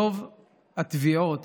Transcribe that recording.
רוב הטביעות